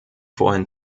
vorhin